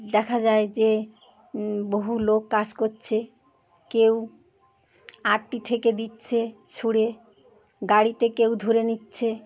দেখা যায় যে বহু লোক কাজ করছে কেউ আটটি থেকে দিচ্ছে ছুঁড়ে গাড়িতে কেউ ধরে নিচ্ছে